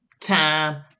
time